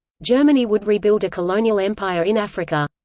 germany would rebuild a colonial empire in africa.